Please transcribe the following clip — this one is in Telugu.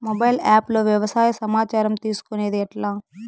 మొబైల్ ఆప్ లో వ్యవసాయ సమాచారం తీసుకొనేది ఎట్లా?